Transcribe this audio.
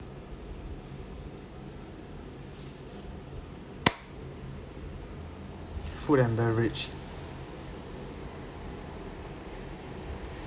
food and beverage